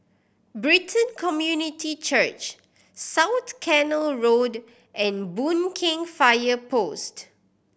Brighton Community Church South Canal Road and Boon Keng Fire Post